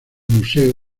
museo